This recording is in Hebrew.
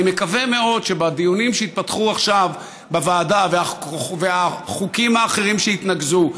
אני מקווה מאוד שבדיונים שיתפתחו עכשיו בוועדה והחוקים האחרים שיתנקזו,